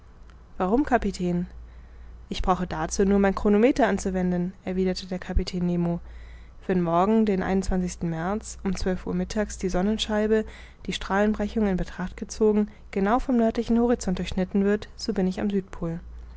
warum kapitän ich brauche dazu nur mein chronometer anzuwenden erwiderte der kapitän nemo wenn morgen den märz um zwölf uhr mittags die sonnenscheibe die strahlenbrechung in betracht gezogen genau vom nördlichen horizont durchschnitten wird so bin ich am